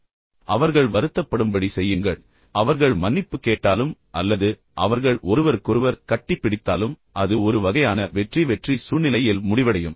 பின்னர் அவர்கள் ஒருவருக்கொருவர் உண்மையிலேயே வருத்தப்படும்படி செய்யுங்கள் பின்னர் அவர்கள் மன்னிப்பு கேட்டாலும் அல்லது அவர்கள் ஒருவருக்கொருவர் கட்டிப்பிடித்தாலும் அது ஒரு வகையான வெற்றி வெற்றி சூழ்நிலையில் முடிவடையும்